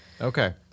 Okay